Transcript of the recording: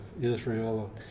Israel